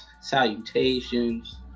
salutations